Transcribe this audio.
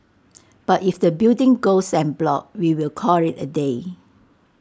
but if the building goes en bloc we will call IT A day